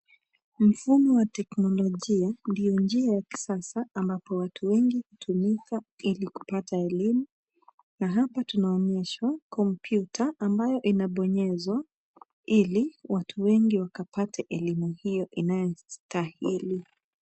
Mfumo wa teknolojia, ndio njia ya kisasa, ambapo watu wengi, hutumika ili kupata elimu, na hapa tunaonyeshwa kompyuta, ambayo inabonyezwa ili watu wengi wakapate elimu hiyo inayostahili.